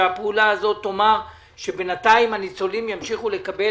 שהפעולה הזאת תאמר שבינתיים הניצולים ימשיכו לקבל